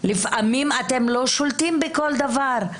לפעמים אתם לא שולטים בכל דבר.